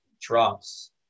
drops